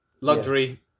Luxury